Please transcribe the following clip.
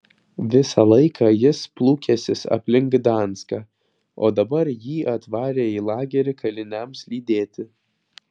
visą laiką jis plūkęsis aplink gdanską o dabar jį atvarę į lagerį kaliniams lydėti